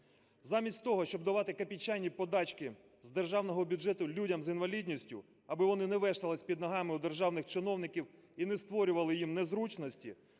Замість того, щоб давати копійчані подачки з державного бюджету людям з інвалідністю, аби вони не вештались під ногами у державних чиновників і не створювали їм незручності,